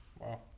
Wow